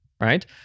right